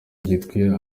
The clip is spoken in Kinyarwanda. ryitwa